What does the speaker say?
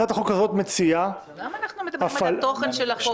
הצעת החוק הזאת מציעה -- למה אנחנו מדברים על התוכן של החוק?